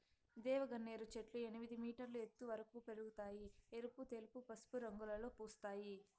దేవగన్నేరు చెట్లు ఎనిమిది మీటర్ల ఎత్తు వరకు పెరగుతాయి, ఎరుపు, తెలుపు, పసుపు రంగులలో పూస్తాయి